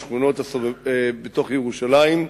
בשכונות בתוך ירושלים,